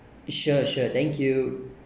sure sure thank you